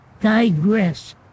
digress